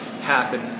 happen